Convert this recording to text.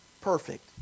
perfect